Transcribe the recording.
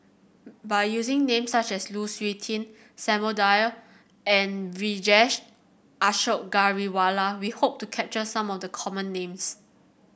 by using names such as Lu Suitin Samuel Dyer and Vijesh Ashok Ghariwala we hope to capture some of the common names